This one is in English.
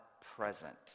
present